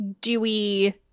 dewy